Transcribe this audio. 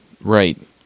Right